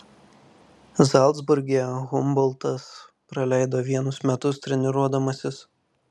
zalcburge humboltas praleido vienus metus treniruodamasis